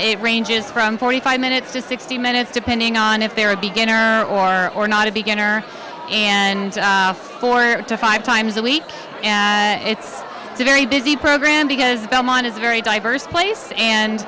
it ranges from forty five minutes to sixty minutes depending on if they're a beginner or not a beginner and four to five times a week and it's a very busy program because belmont is a very diverse place and